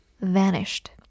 vanished